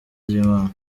ry’imana